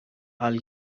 i’ll